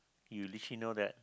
you literally know that